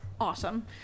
awesome